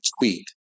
tweet